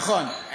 נכון.